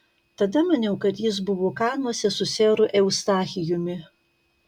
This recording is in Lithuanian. tada maniau kad jis buvo kanuose su seru eustachijumi